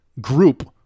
group